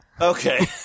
Okay